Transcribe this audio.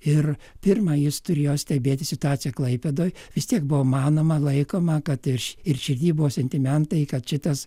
ir pirma jis turėjo stebėti situaciją klaipėdoj vis tiek buvo manoma laikoma kad ir ir širdy buvo sentimentai kad šitas